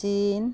China